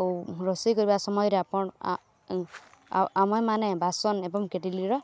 ଆଉ ରୋଷେଇ କରିବା ସମୟରେ ଆପଣ ଆଉ ଆମେମାନେ ବାସନ ଏବଂ କେଟିଲିର